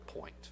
point